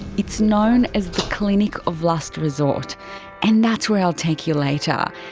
it's known as the clinic of last resort and that's where i'll take you later.